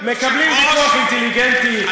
מקבלים ויכוח אינטליגנטי,